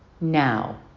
now